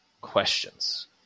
questions